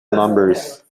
numbers